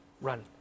run